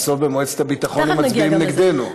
אבל בסוף, במועצת הביטחון הם מצביעים נגדנו.